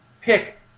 pick